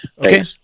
Okay